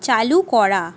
চালু করা